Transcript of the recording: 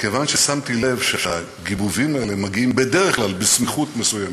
וכיוון ששמתי לב שהגיבובים האלה מגיעים בדרך כלל בסמיכות מסוימת,